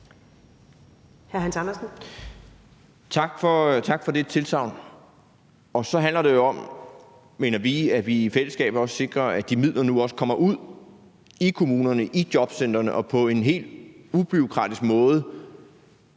Tak for det tilsagn. Og så handler det jo om, mener vi, at vi i fællesskab også sikrer, at de midler nu også kommer ud, i kommunerne og i jobcentrene, og på en helt ubureaukratisk måde